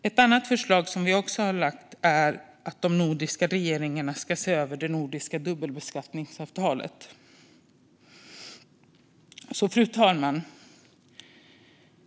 Ett annat förslag vi har lagt fram är att de nordiska regeringarna ska se över det nordiska dubbelbeskattningsavtalet. Fru talman!